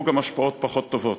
ויוצרים גם השפעות פחות טובות.